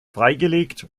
freigelegt